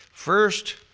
First